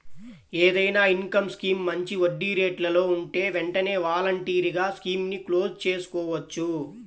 ఏదైనా income scheme మంచి వడ్డీరేట్లలో ఉంటే వెంటనే వాలంటరీగా స్కీముని క్లోజ్ చేసుకోవచ్చు